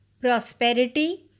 Prosperity